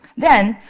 then,